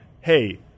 hey